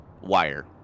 wire